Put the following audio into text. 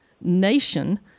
Nation